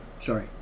Sorry